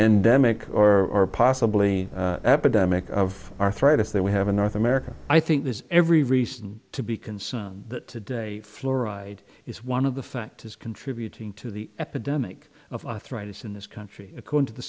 make or possibly epidemic of arthritis that we have in north america i think there's every reason to be concerned that today fluoride is one of the factors contributing to the epidemic of arthritis in this country according to the